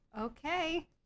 okay